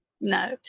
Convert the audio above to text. no